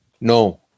No